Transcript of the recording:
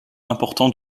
important